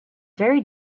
very